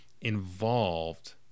involved